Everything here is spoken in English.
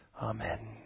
Amen